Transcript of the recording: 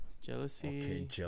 jealousy